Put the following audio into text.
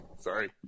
sorry